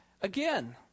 again